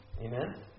Amen